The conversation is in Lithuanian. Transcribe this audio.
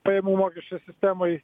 pajamų mokesčių sistemoj